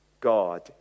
God